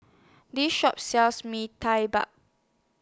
This Shop sells Mee Tai Bark